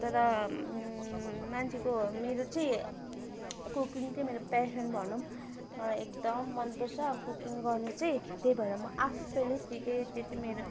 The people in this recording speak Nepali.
तर मान्छेको मेरो चाहिँ कुकिङ चाहिँ प्यासन भनौँ मलाई एकदम मनपर्छ कुकिङ गर्नु चाहिँ त्यही भएर म आफैले सिकेँ त्यो चाहिँ मेरो